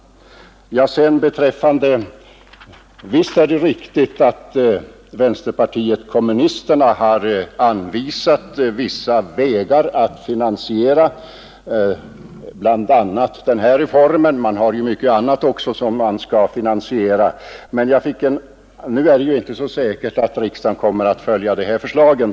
Visst är det riktigt att vänsterpartiet kommunisterna har anvisat vissa vägar att finansiera bl.a. den här reformen — man har ju mycket annat också som skall finansieras, men det är rätt otroligt att riksdagen kommer att acceptera de förslagen.